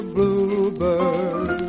Bluebird